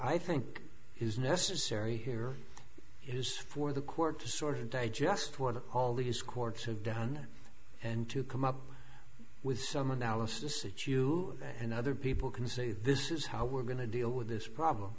i think is necessary here is for the court to sort of digest what all these courts have done and to come up with some analysis that you and other people can say this is how we're going to deal with this problem